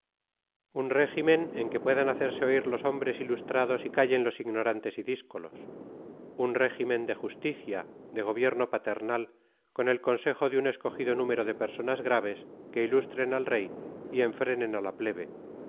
un régimen en que puedan hacerse oír los hombres ilustrados y callen los ignorantes y díscolos un régimen de justicia de gobierno paternal con el consejo de un escogido número de personas graves que ilustren al rey y enfrenen a la plebe